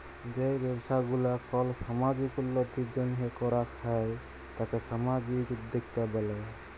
যেই ব্যবসা গুলা কল সামাজিক উল্যতির জন্হে করাক হ্যয় তাকে সামাজিক উদ্যক্তা ব্যলে